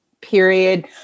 period